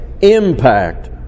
impact